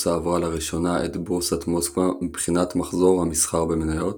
הבורסה עברה לראשונה את בורסת מוסקבה מבחינת מחזור המסחר במניות,